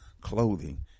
clothing